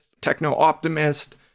techno-optimist